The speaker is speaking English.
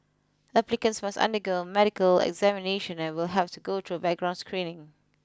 applicants must undergo a medical examination and will have to go through background screening